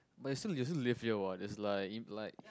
but is still is still live here what is like impolite